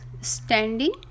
standing